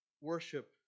worship